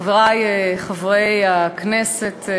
חברי חברי הכנסת,